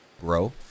grow